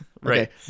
right